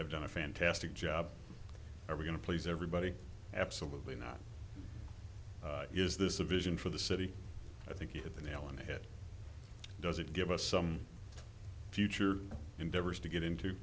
have done a fantastic job or we're going to please everybody absolutely not is this a vision for the city i think you hit the nail on the head does it give us some future endeavors to get into